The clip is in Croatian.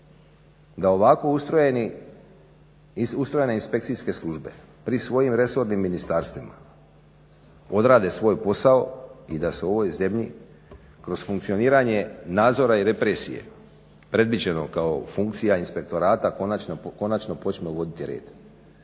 da ovako ustrojene inspekcijske službe pri svojim resornim ministarstvima odrade svoj posao i da se u ovoj zemlji kroz funkcioniranje nadzora i represije predviđeno kao funkcija inspektorata konačno počne uvoditi red.